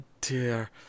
dear